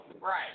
Right